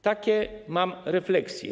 Takie mam refleksje.